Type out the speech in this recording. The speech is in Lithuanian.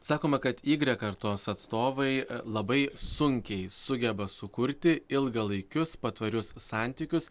sakoma igrek kartos atstovai labai sunkiai sugeba sukurti ilgalaikius patvarius santykius